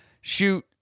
shoot